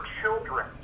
children